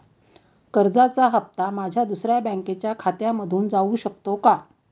कर्जाचा हप्ता माझ्या दुसऱ्या बँकेच्या खात्यामधून जाऊ शकतो का?